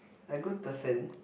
a good person